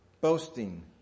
boasting